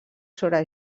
sobre